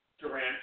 Durant